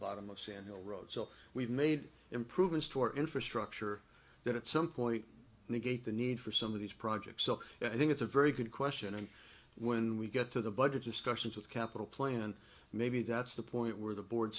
bottom of sand hill road so we've made improvements to our infrastructure that at some point negate the need for some of these projects so i think it's a very good question and when we get to the budget discussions with capital plan maybe that's the point where the board